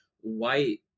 white